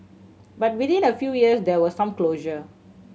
but within a few years there was some closure